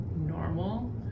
normal